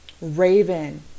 Raven